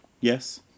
yes